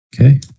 Okay